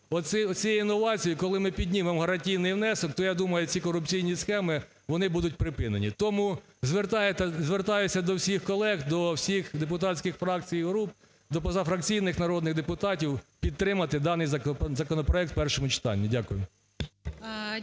оці новації, коли ми піднімемо гарантійний внесок, то я думаю, ці корупційні схеми, вони будуть припинені. Тому звертаюся до всіх колег, до всіх депутатських фракцій і груп, до позафракційних народних депутатів підтримати даний законопроект у першому читанні. Дякую.